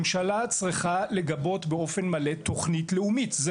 ממשלה צריכה לגבות באופן מלא תוכנית לאומית,